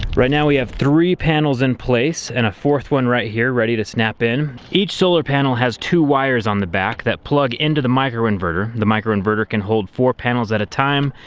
right now we have three panels in place and a fourth one right here ready to snap in. each solar panel has two wires on the back that plug into the micro-inverter. the micro-inverter can hold four panels at a time.